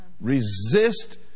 Resist